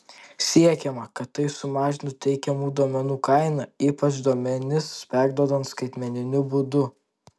siekiama kad tai sumažintų teikiamų duomenų kainą ypač duomenis perduodant skaitmeniniu būdu